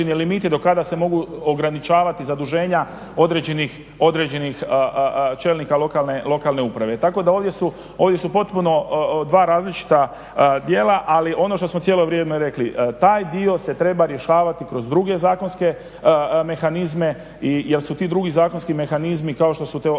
limiti do kada se mogu ograničavati zaduženja određenih čelnika lokalne uprave. Tako da ovdje su potpuno dva različita djela, ali ono što smo cijelo vrijeme rekli taj dio se treba rješavati kroz druge zakonske mehanizme jer su ti drugi zakonski mehanizmi kao što su to